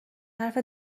حرف